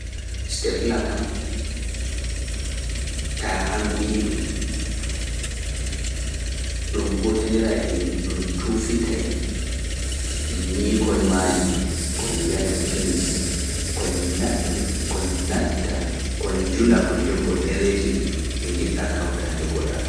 Stepulaa kam, taa hamƴii ɗum, ɗun tuufitay, ñii koñ maajum, koñ wiyata pins, koñ natta, koñ njula, koñ jogo ɗereeji ɗin, ɗi ngiɗɗa kawta njogoɗa.